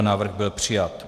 Návrh byl přijat.